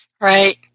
Right